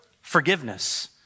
forgiveness